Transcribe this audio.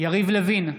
יריב לוין,